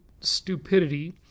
stupidity